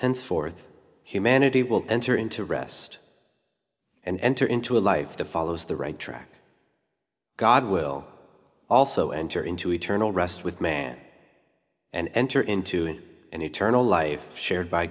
henceforth humanity will enter into rest and enter into a life that follows the right track god will also enter into eternal rest with man and enter into an eternal life shared by